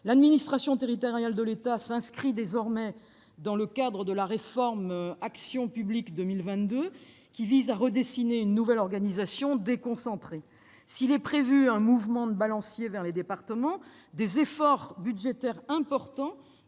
L'administration territoriale de l'État est désormais concernée par le cadre du programme de réformes « Action publique 2022 », qui vise à dessiner une nouvelle organisation déconcentrée. S'il est prévu un mouvement de balancier vers les départements, des efforts budgétaires importants